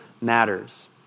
matters